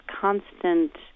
constant